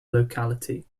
locality